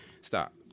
stop